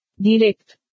Direct